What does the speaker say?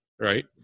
right